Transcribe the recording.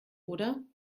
oder